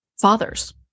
fathers